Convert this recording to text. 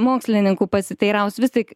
mokslininkų pasiteirausiu vis tik